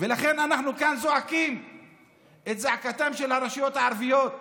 ולכן אנחנו כאן זועקים את זעקתן של הרשויות הערביות,